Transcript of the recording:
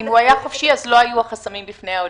אם הוא היה חופשי אז לא היו החסמים בפני העולים.